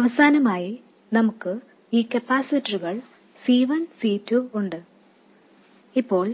അവസാനമായി നമുക്ക് ഈ കപ്പാസിറ്ററുകൾ C1 C2 എന്നിവയുണ്ട് ഇപ്പോൾ